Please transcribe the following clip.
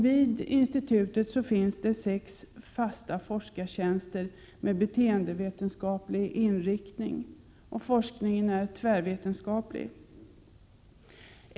Vid institutet finns sex fasta forskartjänster med beteendevetenskaplig inriktning. Forskningen är tvärvetenskaplig.